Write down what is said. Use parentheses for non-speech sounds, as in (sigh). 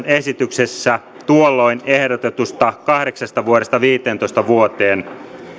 (unintelligible) esityksessä tuolloin ehdotetusta kahdeksasta vuodesta viiteentoista vuoteen